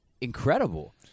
incredible